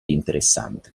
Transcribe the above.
interessante